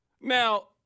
Now